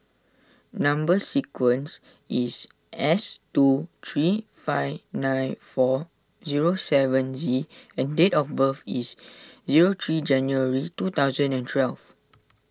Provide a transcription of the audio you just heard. Number Sequence is S two three five nine four zero seven Z and date of birth is zero three January two thousand and twelve